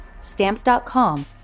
stamps.com